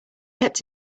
kept